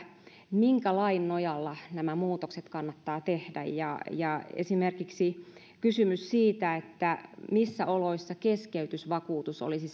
minkä lain nojalla nämä muutokset kannattaa tehdä ja ja esimerkiksi kysymys siitä missä oloissa keskeytysvakuutus olisi